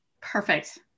Perfect